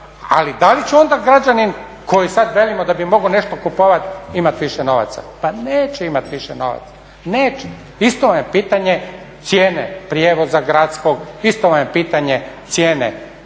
Ali da li će onda građanin koji sada velimo da bi mogao nešto kupovati imati više novaca? Pa neće imati više novaca. Isto je pitanje cijene prijevoza gradskog, isto vam je pitanje cijene